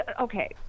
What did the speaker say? Okay